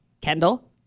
Kendall